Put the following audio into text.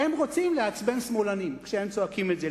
הם רוצים לעצבן שמאלנים כשהם צועקים את זה,